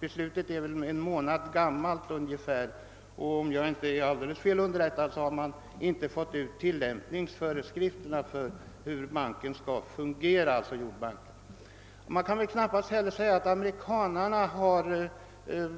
Beslutet är väl ungefär en månad gammalt, och om jag inte är alldeles fel underrättad har man inte fått ut tilllämpningsföreskrifterna för hur jordbanken skall fungera. Det kan knappast heller påstås att amerikanerna har